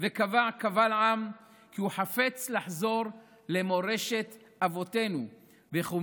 וקבע קבל עם כי הוא חפץ לחזור למורשת אבותינו וכי הוא